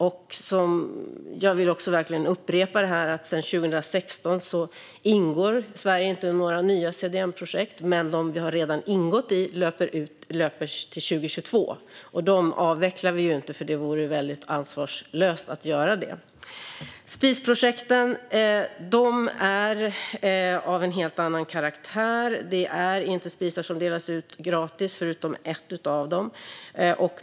Och jag vill upprepa att Sverige sedan 2016 inte ingått i några nya CDM-projekt. Men de vi redan har ingått i löper till 2022, och dem avvecklar vi inte, för det vore väldigt ansvarslöst att göra det. Spisprojekten är av en helt annan karaktär. Det är inte spisar som delas ut gratis, förutom i ett av projekten.